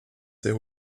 sehr